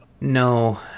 no